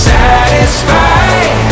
Satisfied